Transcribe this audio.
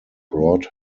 brought